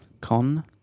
Con